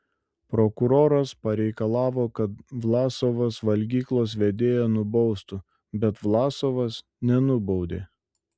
prokuroras pareikalavo kad vlasovas valgyklos vedėją nubaustų bet vlasovas nenubaudė